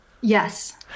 Yes